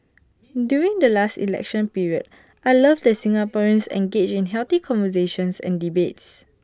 during the last election period I love that Singaporeans engage in healthy conversations and debates